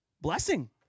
Blessing